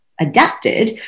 adapted